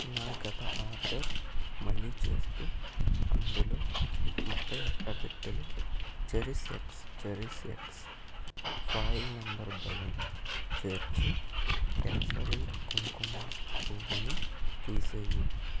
నా గత ఆర్డర్ మళ్ళీ చేస్తూ అందులో ముప్పయ్ అట్టపెట్టెలు cherish X cherish X foil number balloon చేర్చి కేసరి కుంకుమ పువ్వుని తీసేయి